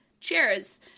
Cheers